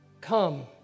Come